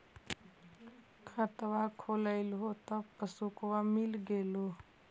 खतवा खोलैलहो तव पसबुकवा मिल गेलो?